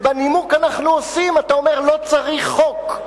בנימוק "אנחנו עושים" אתה אומר: לא צריך חוק.